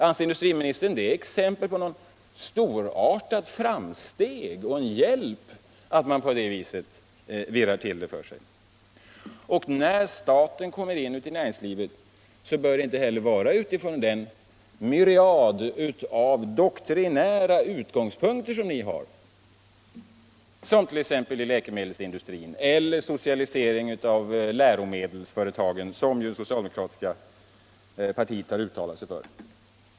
Anser industriministern att det är exempel på något storartat framsteg och en hjälp att man på det viset virrar till det för sig? När staten kommer in i näringslivet bör det inte heller vara utifrån de doktrinära utgångspunkter som ni har, som t.ex. när det gäller socialisering av läkemedelsindustrin eller läromedelsföretagen, som ju det socialdemokratiska partiet har uttalat sig för.